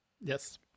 yes